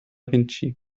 vinci